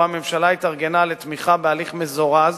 שבו הממשלה התארגנה לתמיכה בהליך מזורז